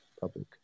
public